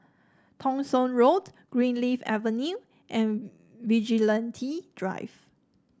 Thong Soon Road Greenleaf Avenue and Vigilante Drive